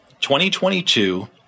2022